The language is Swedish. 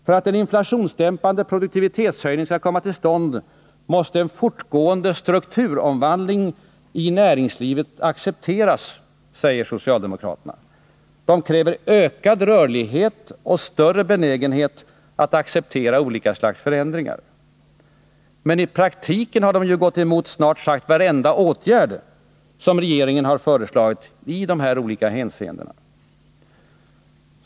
För att en inflationsdämpande produktivitetshöjning skall komma till stånd måste en fortgående strukturomvandling i näringslivet accepteras, säger socialdemokraterna. De kräver ökad rörlighet och större benägenhet att acceptera olika slags förändringar. Men i praktiken har de gått emot snart sagt varenda åtgärd som regeringen föreslagit i dessa olika hänseenden.